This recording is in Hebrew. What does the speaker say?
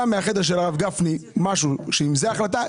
מהחדר של הרב גפני משהו שזאת החלטה,